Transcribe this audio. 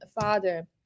father